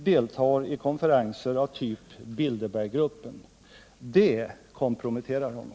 — deltar i konferenser av typ Bilderberggruppen. Det komprometterar honom.